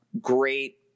great